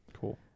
Cool